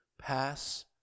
Pass